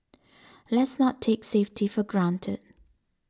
let's not take safety for granted